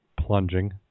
plunging